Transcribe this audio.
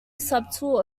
subtle